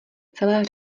celé